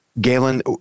galen